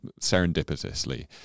serendipitously